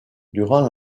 durant